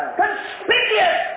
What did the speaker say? conspicuous